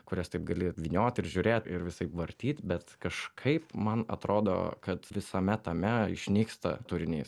kurias taip gali vyniot ir žiūrėt ir visaip vartyt bet kažkaip man atrodo kad visame tame išnyksta turinys